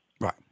Right